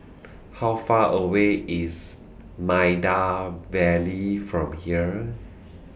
How Far away IS Maida Vale from here